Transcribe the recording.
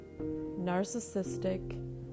narcissistic